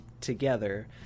together